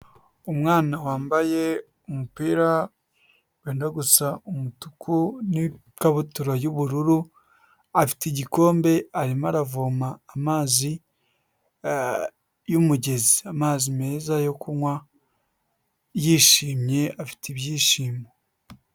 Umwana wambaye umupira wenda gusa umutuku n'ikabutura y'ubururu, afite igikombe arimo aravoma amazi y'umugezi, amazi meza yo kunywa yishimye afite ibyishimo.